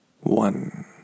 One